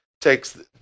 takes